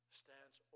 stands